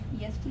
Yes